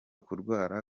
kurwara